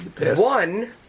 one